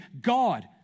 God